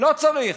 לא צריך.